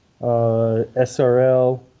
SRL